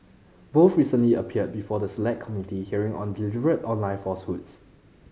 both recently appeared before the Select Committee hearing on deliberate online falsehoods